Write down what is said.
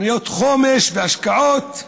תוכניות חומש והשקעות,